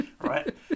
right